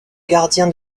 gardien